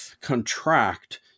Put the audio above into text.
contract